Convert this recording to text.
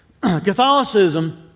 Catholicism